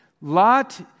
Lot